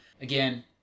Again